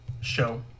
show